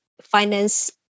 Finance